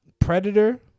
Predator